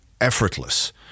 effortless